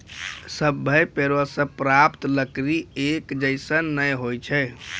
सभ्भे पेड़ों सें प्राप्त लकड़ी एक जैसन नै होय छै